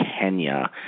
Kenya